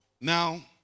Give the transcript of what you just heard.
Now